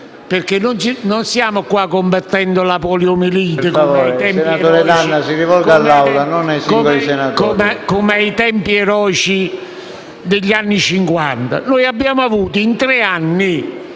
perché qui non stiamo combattendo la poliomelite come ai tempi eroici degli anni